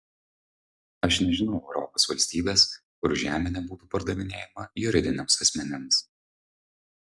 aš nežinau europos valstybės kur žemė nebūtų pardavinėjama juridiniams asmenims